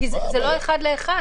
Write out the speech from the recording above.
כי זה לא אחד לאחד.